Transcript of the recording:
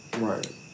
Right